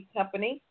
Company